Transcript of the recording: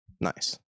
nice